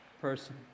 person